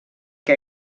què